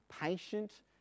patient